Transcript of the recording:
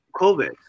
COVID